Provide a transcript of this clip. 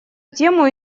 тему